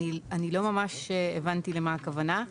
אני לא ממש הבנתי למה הכוונה.